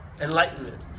enlightenment